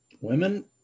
women